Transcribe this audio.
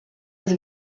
was